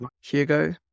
Hugo